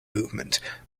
movement